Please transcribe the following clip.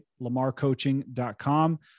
lamarcoaching.com